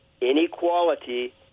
Inequality